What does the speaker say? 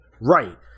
right